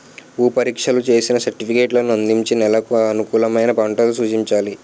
భూ పరీక్షలు చేసిన సర్టిఫికేట్లను అందించి నెలకు అనుకూలమైన పంటలు సూచించాలి